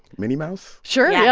minnie mouse sure. yeah